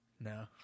No